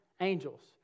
angels